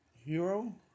Hero